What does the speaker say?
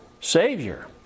Savior